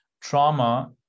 trauma